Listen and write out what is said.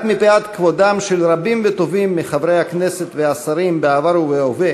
רק מפאת כבודם של רבים וטובים מחברי הכנסת והשרים בעבר ובהווה